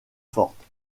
forte